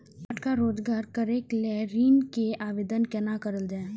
छोटका रोजगार करैक लेल ऋण के आवेदन केना करल जाय?